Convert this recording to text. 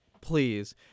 please